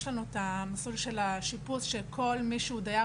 יש לנו את מסלול השיפוץ שכל מי שהוא דייר